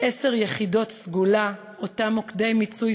עשר "יחידות סגולה" אותם מוקדי מיצוי